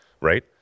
right